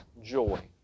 joy